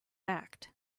act